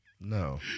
No